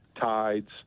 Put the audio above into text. tides